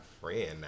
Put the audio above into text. friend